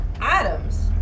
items